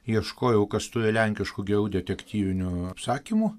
ieškojau kas turi lenkiškų gerų detektyvinių apsakymų